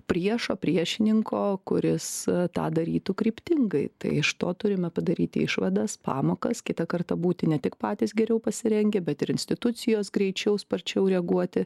priešo priešininko kuris tą darytų kryptingai tai iš to turime padaryti išvadas pamokas kitą kartą būti ne tik patys geriau pasirengę bet ir institucijos greičiau sparčiau reaguoti